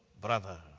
brother